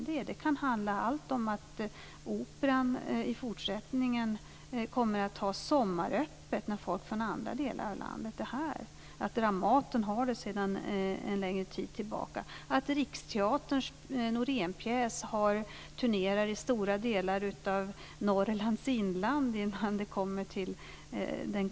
Det kan handla om att Operan i fortsättningen kommer att ha sommaröppet när folk från andra delar av landet är här. Dramaten har det sedan en längre tid tillbaka. Det kan också handla om att Riksteaterns Norénpjäs turnerar i stora delar av Norrlands inland innan den kommer till Dramaten.